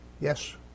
Yes